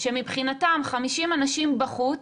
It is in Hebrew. שמבחינתם 50 אנשים בחוץ,